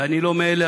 ואני לא מאלה,